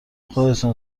خودتون